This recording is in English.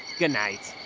good night.